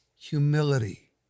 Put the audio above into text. humility